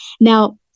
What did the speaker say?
Now